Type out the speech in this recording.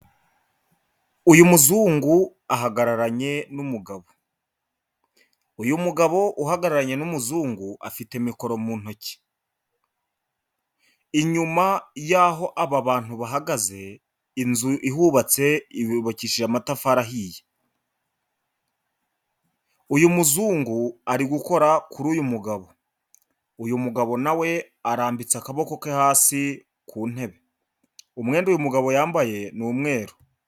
Uyu muzungu ahagararanye n'umugabo, uyu mugabo uhagararanye n'umuzungu, afite mikoro mu ntoki, inyuma y'aho baba babantu bahagaze yubakishije amatafari ahiye, uyu muzungu ari gukora kuri uyu mugabo, uyu mugabo nawe arambitse akaboko ke hasi, ku ntebe, umwenda uyu mugabo yambaye ni umweru.